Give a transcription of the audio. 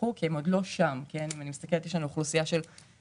וכשנראה שבאמת מתחילה איזו פעילות ויש הסדרה והגופים האלה מרושים,